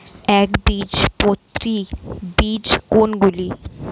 একবীজপত্রী বীজ কোন গুলি?